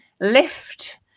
lift